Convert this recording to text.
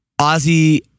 Ozzy